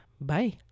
Bye